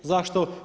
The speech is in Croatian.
Zašto?